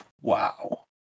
wow